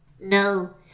No